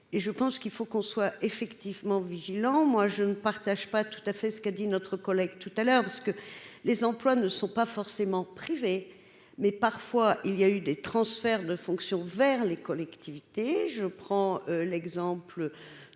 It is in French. et je pense qu'il faut qu'on soit effectivement vigilant, moi je ne partage pas tout à fait ce qu'a dit notre collègue tout à l'heure parce que les employes ne sont pas forcément privés mais parfois il y a eu des transferts de fonction vers les collectivités, je prends l'exemple